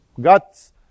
guts